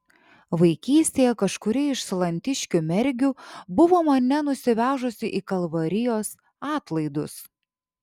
vaikystėje kažkuri iš salantiškių mergių buvo mane nusivežusi į kalvarijos atlaidus